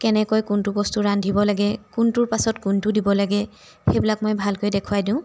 কেনেকৈ কোনটো বস্তু ৰান্ধিব লাগে কোনটোৰ পাছত কোনটো দিব লাগে সেইবিলাক মই ভালকৈ দেখুৱাই দিওঁ